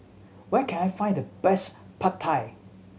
where can I find the best Pad Thai